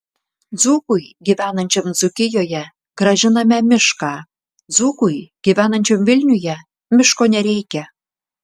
dzūkui gyvenančiam dzūkijoje grąžiname mišką dzūkui gyvenančiam vilniuje miško nereikia